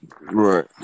Right